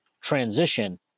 transition